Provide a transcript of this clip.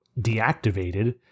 deactivated